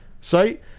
site